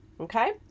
okay